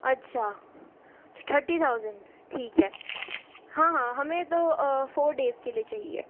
अच्छा thirty thousand ठीक है हाँ हाँ हमें तो फॉर डेस के लिए चहिए